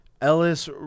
Ellis